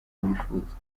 bifuza